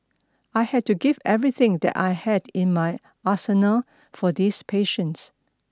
I had to give everything that I had in my arsenal for these patients